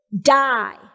die